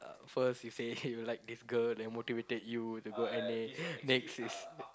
uh first you say you like this girl they motivated you the girl N_A next is